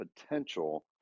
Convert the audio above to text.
potential